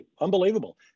unbelievable